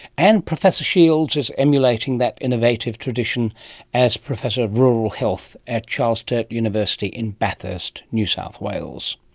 and professor shields is emulating that innovative tradition as professor of rural health at charles sturt university in bathurst, new south wales.